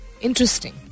Interesting